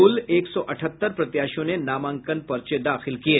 कुल एक सौ चौहत्तर प्रत्याशियों ने नामांकन पर्चे दाखिल किये